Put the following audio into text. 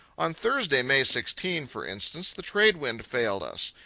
on thursday, may sixteen, for instance, the trade wind failed us.